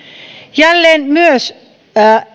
jälleen myös